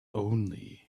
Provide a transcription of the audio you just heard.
only